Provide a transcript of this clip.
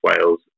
Wales